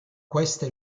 questa